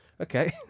Okay